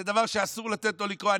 זה דבר שאסור לתת לו לקרות.